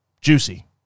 Juicy